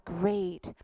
great